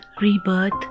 rebirth